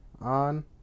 on